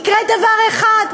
יקרה דבר אחד: